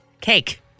cake